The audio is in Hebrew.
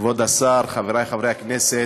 כבוד השר, חברי חברי הכנסת,